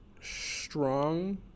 strong